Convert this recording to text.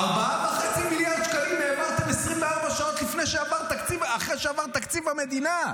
4.5 מיליארד שקלים העברתם 24 שעות אחרי שעבר תקציב המדינה.